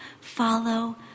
follow